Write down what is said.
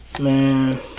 Man